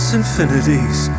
infinities